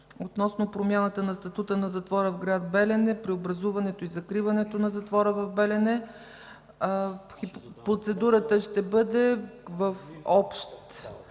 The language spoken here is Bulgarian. относно промяната на статута на затвора в гр. Белене, преобразуването и закриването на затвора в Белене. (Реплика от